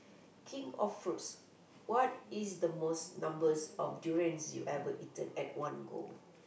king of fruits what is the most numbers of durians you ever eaten at one go